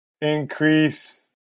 Increase